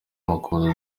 makuza